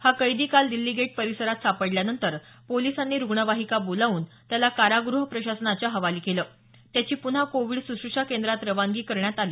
हा कैदी काल दिछ्छी गेट परिसरात सापडल्यानंतर पोलिसांनी रुग्णवाहिका बोलावून त्याला कारागृह प्रशासनाच्या हवाली केलं त्याची पुन्हा कोविड सुश्रषा केंद्रात रवानगी करण्यात आली